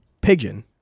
pigeon